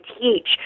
teach